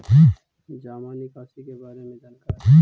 जामा निकासी के बारे में जानकारी?